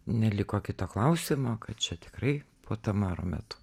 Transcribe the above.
neliko kito klausimo kad čia tikrai puota maro metu